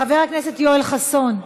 חבר הכנסת יואל חסון,